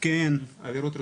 עבירות רכוש,